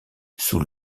sous